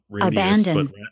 Abandoned